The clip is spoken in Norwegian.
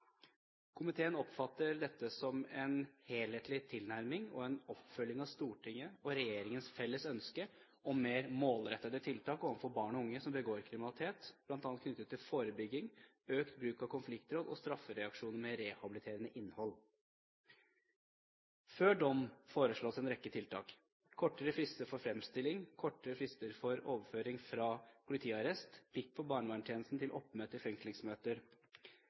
Komiteen oppfatter dette som en helhetlig tilnærming, og en oppfølging av Stortingets og regjeringens felles ønske om mer målrettede tiltak overfor barn og unge som begår kriminalitet, bl.a. knyttet til forebygging, økt bruk av konfliktråd og straffereaksjon med rehabiliterende innhold. Før dom foreslås en rekke tiltak: kortere frister for fremstilling, kortere frister for overføring fra politiarrest, plikt for barnevernstjenesten til oppmøte i fengslingsmøter.